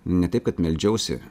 ne taip kad meldžiausi